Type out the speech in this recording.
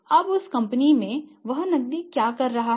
अब उस कंपनी में वह नकदी क्या कर रहा है